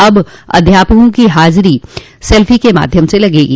अब अध्यापकों की हाजिरी सेल्फी के माध्यम से लगेगी